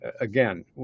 again